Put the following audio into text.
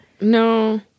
No